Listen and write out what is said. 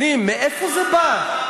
שנים, מאיפה זה בא?